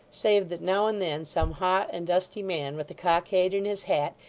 save that, now and then, some hot and dusty man, with the cockade in his hat,